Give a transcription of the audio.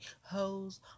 hoes